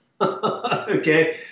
Okay